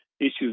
issues